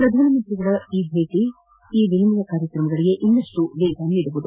ಪ್ರಧಾನಿ ಅವರ ಭೇಟಿ ಈ ವಿನಿಯಮ ಕಾರ್ಯಕ್ರಮಗಳಿಗೆ ಇನ್ನಷ್ಟು ವೇಗ ನೀಡಲಿದೆ